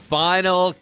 final